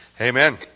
Amen